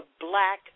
black